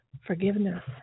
forgiveness